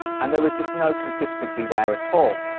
and there was just no consistency there at all,